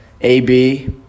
AB